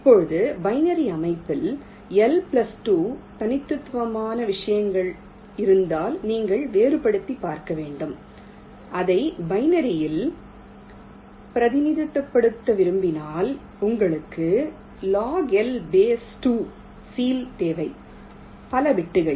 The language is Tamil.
இப்போது பைனரி அமைப்பில் L பிளஸ் 2 தனித்துவமான விஷயங்கள் இருந்தால் நீங்கள் வேறுபடுத்திப் பார்க்க வேண்டும் அதை பைனரியில் பிரதிநிதித்துவப்படுத்த விரும்பினால் உங்களுக்கு log2L சீல் தேவை பல பிட்கள்